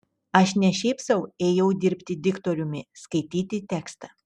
aš ne šiaip sau ėjau dirbti diktoriumi skaityti tekstą